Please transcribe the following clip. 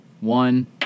One